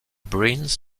bruins